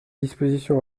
dispositions